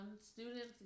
Students